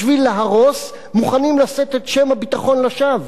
בשביל להרוס מוכנים לשאת את שם הביטחון לשווא.